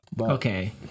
Okay